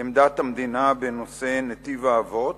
לעמדת המדינה בנושא "דרך האבות",